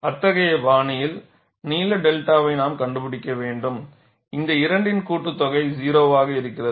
அத்தகைய பாணியில் நீள 𝛅 வை நாம் கண்டுபிடிக்க வேண்டும் இந்த இரண்டின் கூட்டுத்தொகை 0 ஆக இருக்கிறது